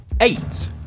Eight